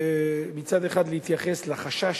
מצד אחד להתייחס לחשש,